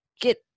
get